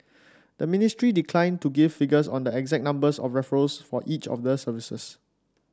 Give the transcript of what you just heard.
the ministry declined to give figures on the exact number of referrals for each of the services